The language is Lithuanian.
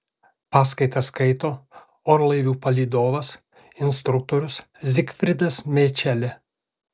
paskaitas skaito orlaivių palydovas instruktorius zigfridas miečelė